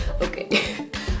Okay